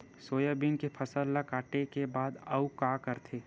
Soybean के फसल ल काटे के बाद आऊ का करथे?